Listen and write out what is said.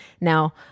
Now